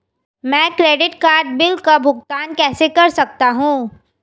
मैं credit card bill का भुगतान कैसे कर सकता हूं?